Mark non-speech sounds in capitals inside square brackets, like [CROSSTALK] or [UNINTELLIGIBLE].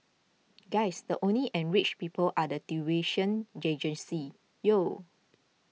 guys the only enriched people are the tuition [UNINTELLIGIBLE] yo